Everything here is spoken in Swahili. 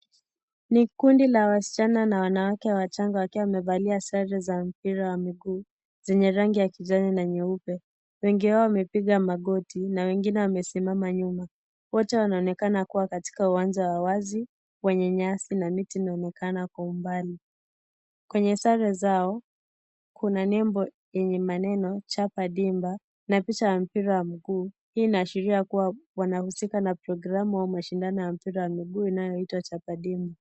Ni kundi la wasichana na wanawake wachanga wakiwa wamevalia sare za mpira wa miguu zenye rangi ya kijani na nyeupe . Wengi wao wamepiga magoti na wengi wamesimama nyuma . Wote wanaonekana kuwa katika uwanja wa wazi wenye nyasi na miti inayoonekana kwa umbali . Kwenye sare zao kuna nembo yenye maneno chapa dimba na picha ya mpira wa mguu hiyo inaashiria kuwa wahusika na programu au mashindano ya mpira wa mguu inayoitwa chapa dimba.